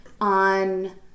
on